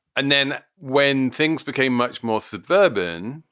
and then when things became much more suburban,